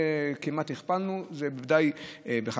כמעט הכפלנו את זה, ודאי ב-60%-50%.